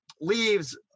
leaves